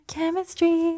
Chemistry